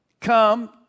come